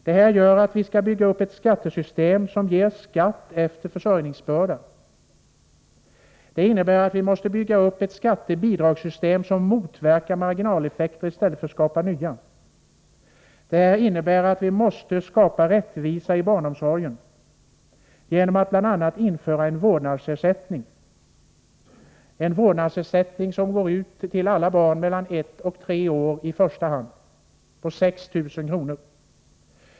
Det här gör att vi skall bygga upp ett skattesystem som ger skatt efter försörjningsbörda. Det innebär att vi måste bygga upp ett skatteoch bidragssystem som motverkar marginaleffekter i stället för att skapa nya. Vidare innebär det att vi måste åstadkomma rättvisa i barnomsorgen genom att bl.a. införa en vårdnadsersättning, som i första hand utgår för alla barn mellan ett och tre år med 6 000 kr. årligen.